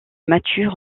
mature